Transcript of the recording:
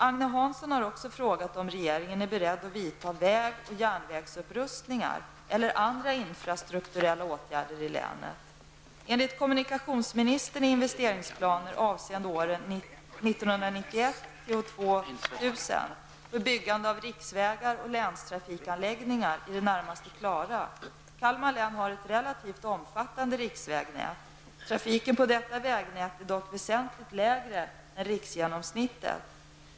Agne Hansson har också frågat om regeringen är beredd att vidta väg och järnvägsupprustningar eller andra infrastrukturella åtgärder i länet. Enligt kommunikationsministern är investeringsplaner avseenden åren 1991--2000 för byggande av riksvägar och länstrafikanläggningar i det närmaste klara. Kalmar län har ett relativt omfattande riksvägnät. Trafiken på detta vägnät är dock väsentligt lägre än riksgenomsnittet.